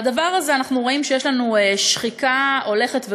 בדבר הזה אנחנו רואים שיש לנו שחיקה הולכת וגוברת,